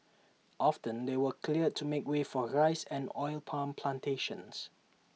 often they were cleared to make way for rice and oil palm Plantations